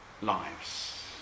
lives